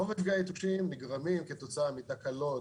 רוב מפגעי היתושים נגרמים כתוצאה מתקלות,